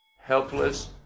helpless